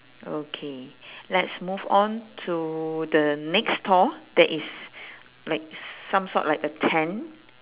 okay let's move on to the next stall that is like some sort like a tent